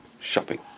shopping